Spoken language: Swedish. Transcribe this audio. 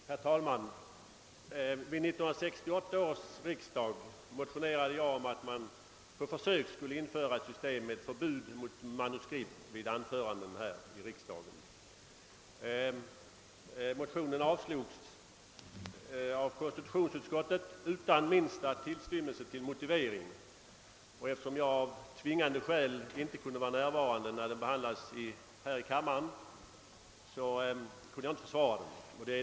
Herr talman! Vid 1968 års riksdag motionerade jag om att man på försök skulle införa ett system med förbud mot manuskript vid anföranden här i riksdagen. Motionen avstyrktes av konstitutionsutskottet utan minsta tillstymmelse till motivering. Eftersom jag av tvingande skäl inte kunde vara närvarande när motionen behandlades här i kammaren var jag inte i tillfälle att försvara den.